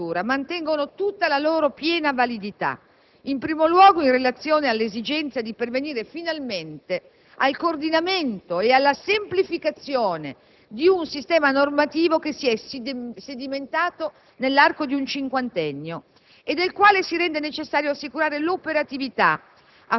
Le ragioni delle scelte elaborate con il testo proposto nella passata legislatura mantengono tutta la loro piena validità, in primo luogo in relazione all'esigenza di pervenire finalmente al coordinamento e alla semplificazione di un sistema normativo che si è sedimentato